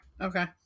Okay